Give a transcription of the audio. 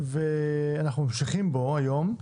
ואנחנו ממשיכים בו היום.